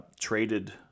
traded